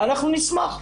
אנחנו נשמח.